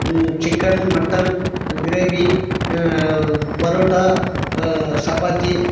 chicken mutton gravy parotta chapati